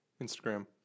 Instagram